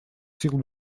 сил